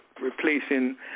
replacing